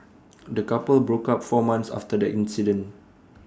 the couple broke up four months after the incident